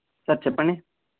sir చెప్పండి